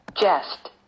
Jest